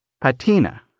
patina